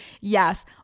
Yes